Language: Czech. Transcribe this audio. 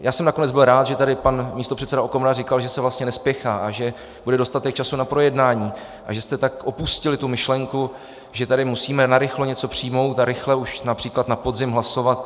Já jsem nakonec byl rád, že tady pan místopředseda Okamura říkal, že se vlastně nespěchá a že bude dostatek času na projednání a že jste opustili myšlenku, že tady musíme narychlo něco přijmout a rychle, už například na podzim, hlasovat.